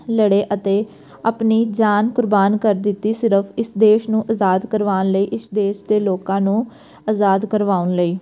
ਲੜੇ ਅਤੇ ਆਪਣੀ ਜਾਨ ਕੁਰਬਾਨ ਕਰ ਦਿੱਤੀ ਸਿਰਫ਼ ਇਸ ਦੇਸ਼ ਨੂੰ ਅਜ਼ਾਦ ਕਰਵਾਉਣ ਲਈ ਇਸ ਦੇਸ਼ ਦੇ ਲੋਕਾਂ ਨੂੰ ਆਜ਼ਾਦ ਕਰਵਾਉਣ ਲਈ